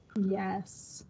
Yes